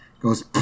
Goes